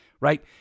Right